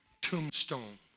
tombstone